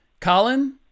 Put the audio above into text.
Colin